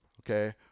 Okay